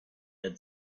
had